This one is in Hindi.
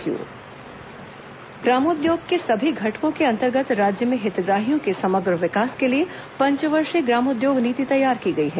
ग्रामोद्योग नीति ग्रामोद्योग के सभी घटकों के अंतर्गत राज्य में हितग्राहियों के समग्र विकास के लिए पंचवर्षीय ग्रामोद्योग नीति तैयार की गई है